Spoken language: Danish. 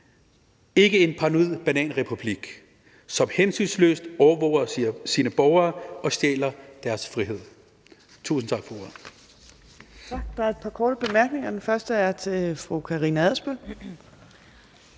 ikke en paranoid bananrepublik, som hensynsløst overvåger sine borgere og stjæler deres frihed.